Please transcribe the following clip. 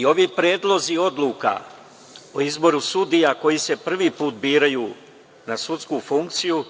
i ovi predlozi odluka o izboru sudija koji se prvi put biraju na sudsku funkciju